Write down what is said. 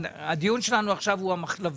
הדיון שלנו עכשיו הוא על המחלבה.